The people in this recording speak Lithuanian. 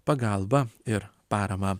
pagalbą ir paramą